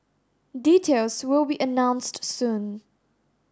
details will be announced soon